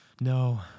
No